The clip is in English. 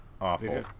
awful